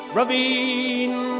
ravine